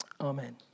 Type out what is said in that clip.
Amen